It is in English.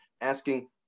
asking